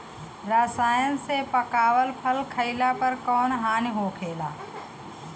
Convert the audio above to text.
रसायन से पकावल फल खइला पर कौन हानि होखेला?